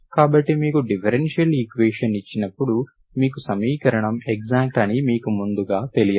కాబట్టి మీకు differential equation ఇచ్చినప్పుడు మీకు సమీకరణం ఎక్సాక్ట్ అని మీకు ముందుగా తెలియదు